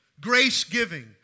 grace-giving